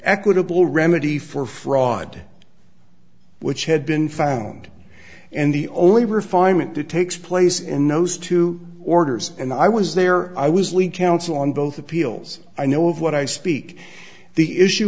equitable remedy for fraud which had been found and the only refinement to takes place in those two orders and i was there i was lee counsel on both appeals i know of what i speak the issue